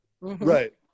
right